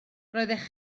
roeddech